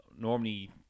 Normally